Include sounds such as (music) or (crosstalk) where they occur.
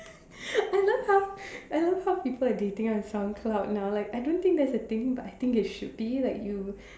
(laughs) I love how I love how people are dating on Soundcloud now like I don't think that's a thing but I think it should be like you